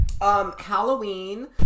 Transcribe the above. Halloween